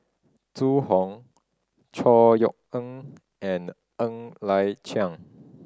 Zhu Hong Chor Yeok Eng and Ng Liang Chiang